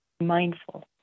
mindful